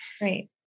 Great